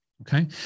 okay